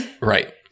Right